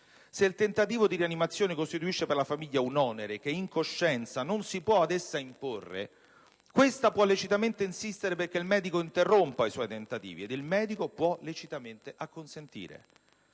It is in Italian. se il tentativo di rianimazione costituisce per la famiglia un onere che in coscienza non si può ad essa imporre, questa può lecitamente insistere perché il medico interrompa i suoi tentativi, ed il medico può lecitamente acconsentire.